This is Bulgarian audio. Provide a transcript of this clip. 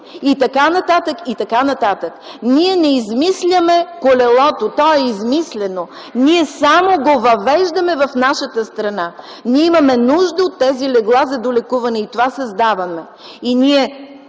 и така нататък, и така нататък. Ние не измисляме колелото. То е измислено. Ние само го въвеждаме в нашата страна. Ние имаме нужда от тези легла за долекуване и това създаваме.